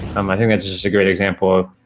um i think that's just a great example of,